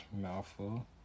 mouthful